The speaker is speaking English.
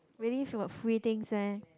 really got got free things eh